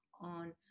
on